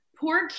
poor